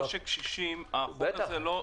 את עושק הקשישים החוק זה לא עוצר.